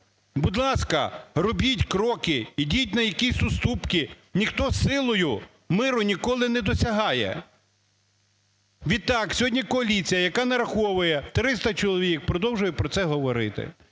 Будь ласка, робіть кроки, йдіть на якісь уступки. Ніхто силою миру ніколи не досягає. Відтак сьогодні коаліція, яка нараховує 300 чоловік, продовжує про це говорити.